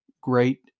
great